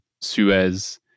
Suez